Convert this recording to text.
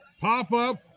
Pop-up